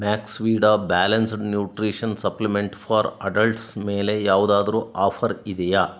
Max Vida balanced nutrition supplement for adults ಮೇಲೆ ಯಾವುದಾದ್ರೂ offer ಇದೆಯೇ